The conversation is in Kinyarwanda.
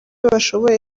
bashoboye